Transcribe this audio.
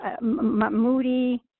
moody